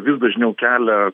vis dažniau kelia